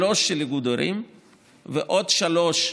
שלוש של איגוד ערים ועוד שלוש,